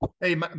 Hey